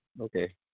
Okay